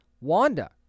wanda